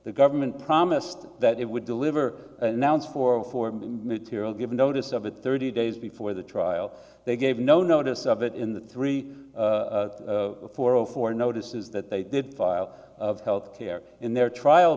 the government promised that it would deliver announce for reform material give notice of it thirty days before the trial they gave no notice of it in the three four zero four notices that they did file of health care in their trial